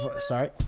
Sorry